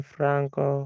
Franco